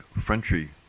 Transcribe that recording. Frenchy